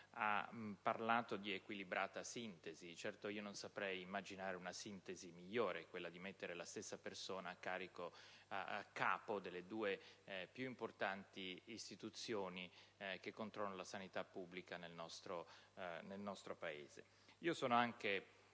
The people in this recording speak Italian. è parlato di "equilibrata sintesi". Certamente non saprei immaginare una sintesi migliore di quella di mettere la stessa persona a capo delle due più importanti istituzioni che controllano la sanità pubblica nel nostro Paese. Sono sicuro